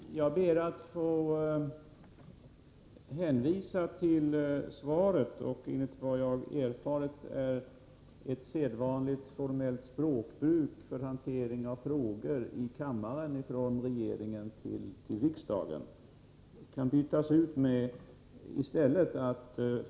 Herr talman! Jag ber att få hänvisa till svaret. ”Enligt vad jag erfarit” är ett uttryck som tillhör sedvanligt formellt språkbruk när regeringen besvarar frågor i kammaren.